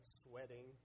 sweating